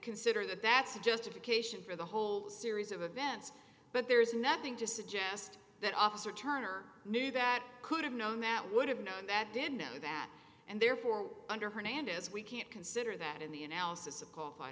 consider that that's a justification for the whole series of events but there's nothing to suggest that officer turner knew that could have known that would have known that did know that and therefore under hernandez we can't consider that in the analysis of coal fired